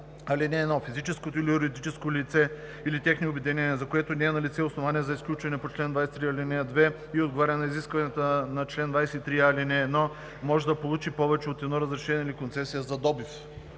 „(1) Физическо или юридическо лице или техни обединения, за което не е налице основание за изключване по чл. 23, ал. 2 и отговаря на изискванията на чл. 23а, ал. 1, може да получи повече от едно разрешение или концесия за добив.“